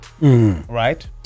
Right